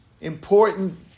important